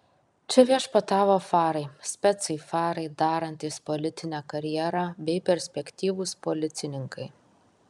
čia viešpatavo farai specai farai darantys politinę karjerą bei perspektyvūs policininkai